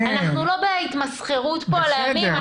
אנחנו לא בהתמסחרות פה על הימים.